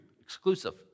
exclusive